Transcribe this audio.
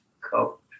coat